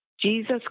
Jesus